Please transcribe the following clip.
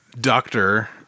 doctor